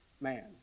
man